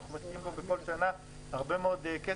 שאנחנו משקיעים בו בכל שנה הרבה מאוד כסף.